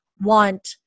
want